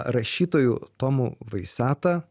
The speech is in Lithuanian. rašytojų tomu vaiseta